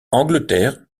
angleterre